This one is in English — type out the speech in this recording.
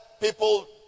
people